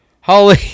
Holy